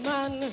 Man